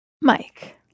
Mike